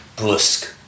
brusque